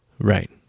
Right